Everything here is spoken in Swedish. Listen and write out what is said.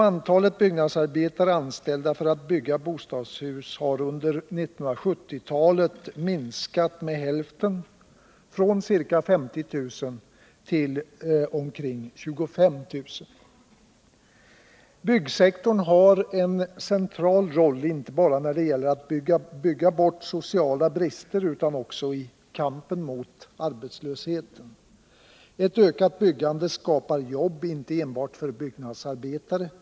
Antalet byggnadsarbetare anställda för att bygga bostadshus har under 1970-talet minskat med hälften, från ca 50 000 till ca 25 000. Byggsektorn har en central roll inte bara när det gäller att bygga bort sociala brister utan också i kampen mot arbetslösheten. Ett ökat byggande skapar jobb inte enbart för byggnadsarbetare.